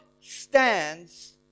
stands